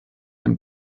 dem